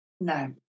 No